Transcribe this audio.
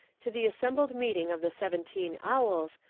to the assembled meeting of the seventeen owls,